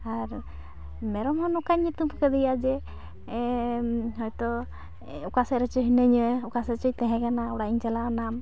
ᱟᱨ ᱢᱮᱨᱚᱢᱦᱚᱸ ᱱᱚᱠᱟᱧ ᱧᱩᱛᱩᱢᱠᱟᱫᱮᱭᱟ ᱡᱮ ᱦᱚᱭᱛᱚ ᱚᱠᱟᱥᱮᱪ ᱨᱮᱪᱚ ᱦᱤᱱᱟᱹᱧᱟ ᱚᱠᱟᱥᱮᱪ ᱨᱮᱪᱚ ᱛᱮᱦᱮᱸᱠᱟᱱᱟ ᱚᱲᱟᱜᱤᱧ ᱪᱟᱞᱟᱣᱱᱟ